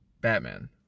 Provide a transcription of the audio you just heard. Batman